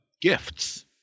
gifts